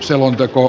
selonteko